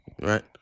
Right